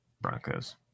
Broncos